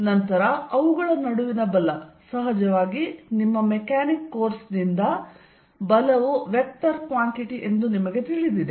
ನಂತರ ಅವುಗಳ ನಡುವಿನ ಬಲ ಸಹಜವಾಗಿ ನಿಮ್ಮ ಮೆಕ್ಯಾನಿಕ್ಸ್ ಕೋರ್ಸ್ ನಿಂದ ಬಲವು ವೆಕ್ಟರ್ ಕ್ವಾಂಟಿಟಿ ಎಂದು ನಿಮಗೆ ತಿಳಿದಿದೆ